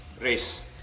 race